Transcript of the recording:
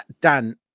Dan